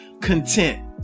content